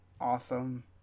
Awesome